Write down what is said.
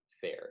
fair